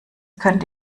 könnte